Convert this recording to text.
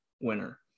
winner